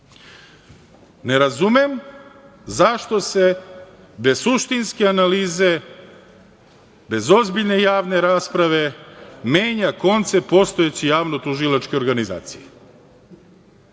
razumem zašto se bez suštinske analize, bez ozbiljne javne rasprave menja koncept postojeće javnotužilačke organizacije.